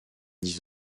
dix